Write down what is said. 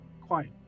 quiet